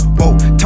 whoa